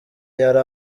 yari